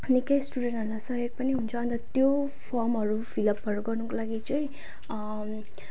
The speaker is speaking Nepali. निकै स्टुडेन्टहरूलाई सहयोग पनि हुन्छ अन्त त्यो फर्महरू फिलअपहरू गर्नुको लागि चाहिँ